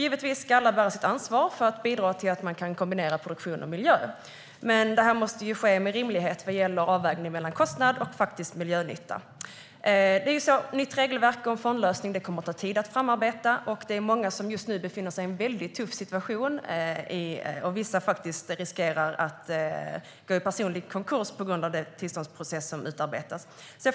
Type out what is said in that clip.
Givetvis ska alla bära sitt ansvar för att bidra till att kombinera produktion och miljö, men det måste ske med rimlighet vad gäller avvägning mellan kostnad och faktisk miljönytta. Ett nytt regelverk och en fondlösning kommer att ta tid att arbeta fram. Många befinner sig i en tuff situation, och vissa riskerar att gå i personlig konkurs på grund av den tillståndsprocess som utarbetats.